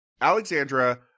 alexandra